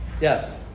Yes